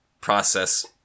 process